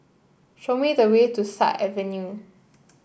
show me the way to Sut Avenue